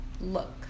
look